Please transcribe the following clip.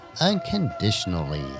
unconditionally